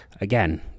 again